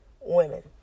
women